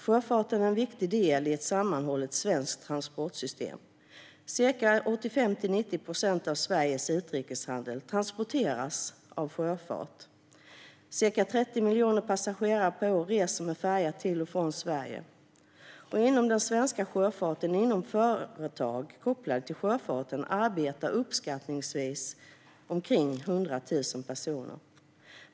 Sjöfarten är en viktig del i ett sammanhållet svenskt transportsystem. Ca 85-90 procent av Sveriges utrikeshandel transporteras med sjöfart. Ca 30 miljoner passagerare per år reser med färja till och från Sverige. Inom den svenska sjöfarten och inom företag kopplade till sjöfarten arbetar uppskattningsvis omkring 100 000 personer.